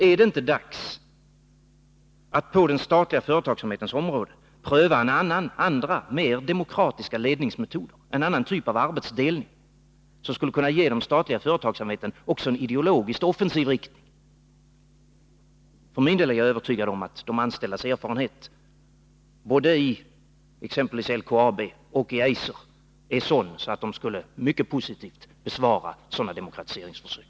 Är det inte dags att på den statliga företagsamhetens område pröva andra, mer demokratiska ledningsmetoder, en annan typ av arbetsdelning, som skulle kunna ge den statliga företagsamheten också en ideologiskt offensiv riktning? För min del är jag övertygad om att de anställdas erfarenhet både i exempelvis LKAB och i Eiser är sådan att man där mycket positivt skulle besvara sådana demokratiseringsförsök.